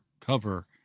cover